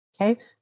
Okay